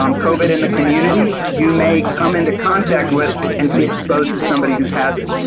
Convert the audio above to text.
um covid in the community, you may come into contact with and be exposed to somebody who has it.